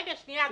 סליחה.